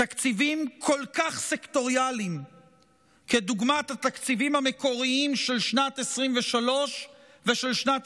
תקציבים כל כך סקטוריאליים כדוגמת התקציבים המקוריים של שנת 2023 ושל שנת